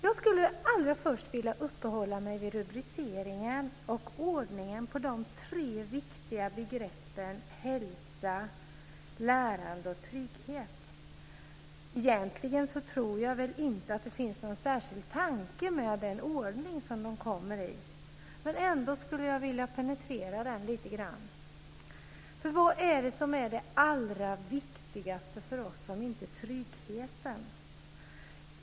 Jag skulle allra först vilja uppehålla mig vid rubriceringen och ordningen på de tre viktiga begreppen hälsa, lärande och trygghet. Jag tror att det egentligen inte finns någon särskild tanke med den ordning som begreppen kommer i. Ändå skulle jag vilja penetrera den lite grann, för vad är det som är det allra viktigaste för oss om inte tryggheten?